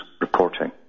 reporting